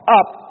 up